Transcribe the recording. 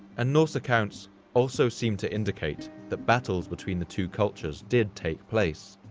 and norse accounts also seemed to indicate that battles between the two cultures did take place.